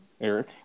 Eric